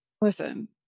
Listen